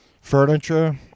furniture